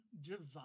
divine